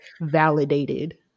validated